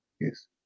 yes